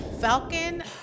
Falcon